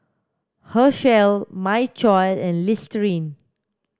Herschel My Choice and Listerine